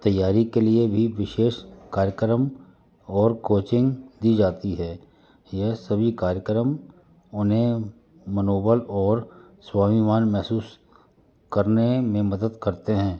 तैयारी के लिए भी विशेष कार्यक्रम और कोचिंग दी जाती है यह सभी कार्यक्रम उन्हें मनोबल और स्वाभिमान महसूस करने में मदद करते हैं